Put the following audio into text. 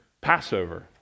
Passover